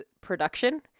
production